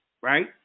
right